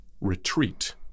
retreat